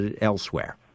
elsewhere